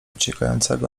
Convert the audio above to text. uciekającego